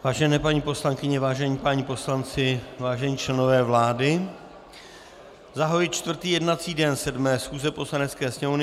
Vážené paní poslankyně, vážení páni poslanci, vážení členové vlády, zahajuji čtvrtý jednací den 7. schůze Poslanecké sněmovny.